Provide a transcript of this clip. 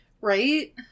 Right